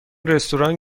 رستوران